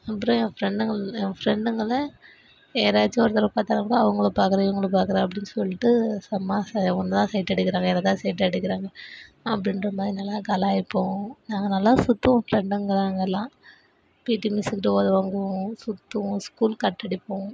அப்புறம் என் ஃப்ரெண்டுங்க என் ஃப்ரெண்டுங்களை யாராச்சும் ஒருத்தங்களை பார்த்தா கூட அவங்கள பார்க்குறே இவங்கள பார்க்குறே அப்படின் சொல்லிட்டு சும்மா சே உன்ன தான் சைட் அடிக்கிறான் வேறே ஏதா சைட் அடிக்கிறாங்க அப்படின்ற மாதிரிலாம் கலாய்ப்போம் நாங்கள் நல்லா சுற்றுவோம் ஃப்ரெண்டுங்க நாங்கள் எல்லாம் பிடி மிஸ்ஸுக்கிட்ட ஒதை வாங்குவோம் சுற்றுவோம் ஸ்கூல் கட் அடிப்போம்